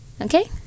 okay